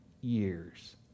years